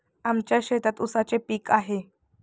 आमच्या शेतात ऊसाचे पीक आहे